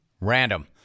Random